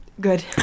good